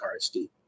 RSD